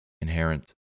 inherent